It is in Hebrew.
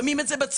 שמים את זה בצד.